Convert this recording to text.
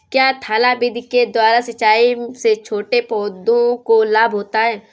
क्या थाला विधि के द्वारा सिंचाई से छोटे पौधों को लाभ होता है?